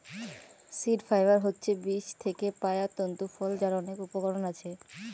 seed fibre হচ্ছে বীজ থিকে পায়া তন্তু ফল যার অনেক উপকরণ আছে